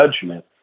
judgment